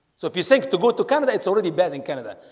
so if you think to go to canada, it's already bad in canada.